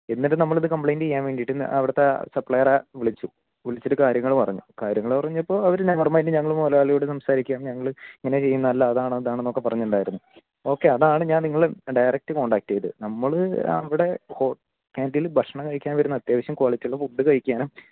എന്നിട്ട് നമ്മൾ അത് കംപ്ലെയ്ൻറ് ചെയ്യാൻ വേണ്ടിയിട്ട് അവിടത്തെ സപ്പ്ളെയറെ വിളിച്ചു വിളിച്ചിട്ട് കാര്യങ്ങൾ പറഞ്ഞു കാര്യങ്ങൾ പറഞ്ഞപ്പോൾ അവർ ഞങ്ങളുടെ മൈൻറ്റിൽ ഞങ്ങൾ മുതലാളിയോട് സംസാരിക്കാം ഞങ്ങൾ ഇങ്ങനെ ചെയ്യും നല്ല അതാണ് ഇതാണെന്നൊക്ക പറയുന്നുണ്ടായിരുന്നു ഓക്കെ അതാണ് ഞാൻ നിങ്ങളെ ഡയറക്റ്റ് കോൺടാക്റ്റ് ചെയ്ത് നമ്മൾ അവിടെ കേൻറ്റീൻൽ ഭക്ഷണം കഴിക്കാൻ വരുന്നു അത്യാവശ്യം ക്വാളിറ്റിയുള്ള ഫുഡ് കഴിക്കാനും